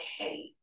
okay